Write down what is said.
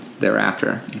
Thereafter